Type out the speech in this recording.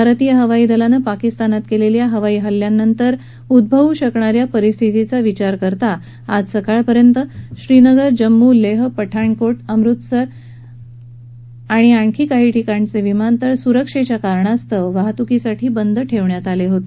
भारतीय हवाई दलानं पाकिस्तानात केलेल्या हवाई हल्ल्यांच्या नंतर उद्गवू शकणा या परिस्थितीचा विचार करता आज सकाळपर्यंत श्रीनगर जम्मू लेह पठाणकोट अमृतसर गग्गल आणि भुंटर क्षेलं विमानतळ सुरक्षेच्या कारणास्तव नागरी वाहतुकीसाठी बंद करण्यात आले होते